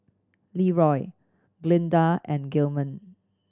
Leeroy Glynda and Gilman